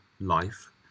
life